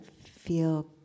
feel